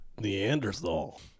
Neanderthal